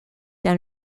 dans